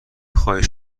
خاین